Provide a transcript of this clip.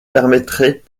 permettrait